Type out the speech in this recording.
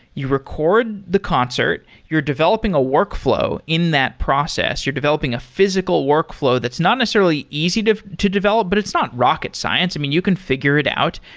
you record the concert. you're developing a workflow in that process. you're developing a physical workflow that's not necessarily easy to to develop, but it's not rocket science. i mean, you can figure it out.